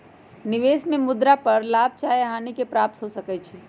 निवेश में मुद्रा पर लाभ चाहे हानि के प्राप्ति हो सकइ छै